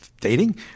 dating